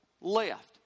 left